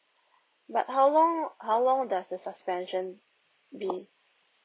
but how long how long does the suspension be